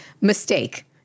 mistake